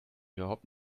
überhaupt